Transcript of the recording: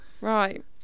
right